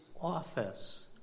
office